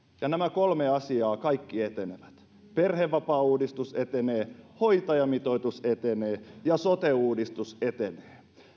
ja nämä kaikki kolme asiaa etenevät perhevapaauudistus etenee hoitajamitoitus etenee ja sote uudistus etenee